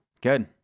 Good